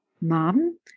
mom